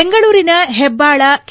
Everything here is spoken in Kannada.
ಬೆಂಗಳೂರಿನ ಹೆಬ್ಬಾಳ ಕೆ